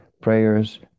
prayers